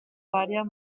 varias